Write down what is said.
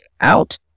out